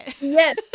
Yes